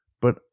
But